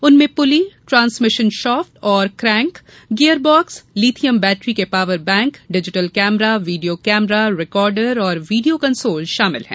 उनमें pulley transmission shaft और crank gear box lithium battery के power bank digital camera video camera recorder और video console शामिल हैं